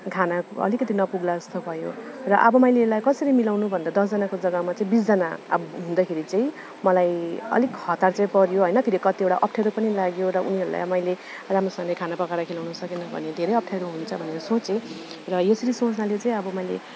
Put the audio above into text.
खाना अलिकति नपुग्ला जस्तो भयो र अब मैले यसलाई कसरी मिलाउनु भन्दा दसजनाको जगामा बिसजना अब हुँदाखेरि चाहिँ मलाई अलिक हतार चाहिँ पर्यो होइन फेरि कतिवटा अप्ठ्यारो पनि लाग्यो एउटा उनीहरूलाई मैले राम्रोसँगले खाना पकाएर खुवाउन सकेन भने धेरै अप्ठ्यारो हुन्छ भनेर सोचे र यसरी सोच्नाले चाहिँ अब मैले